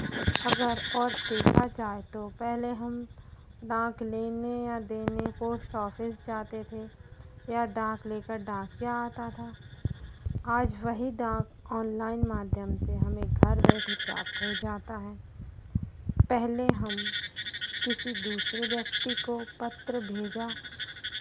अगर और देखा जाए तो पहले हम डाक लेने या देने पोस्ट ऑफिस जाते थे या डाक लेकर डाकिया आता था आज वही डाक ऑनलाइन माध्यम से हमें घर बैठे प्राप्त हो जाता है पहले हम किसी दूसरे व्यक्ति को पत्र भेजा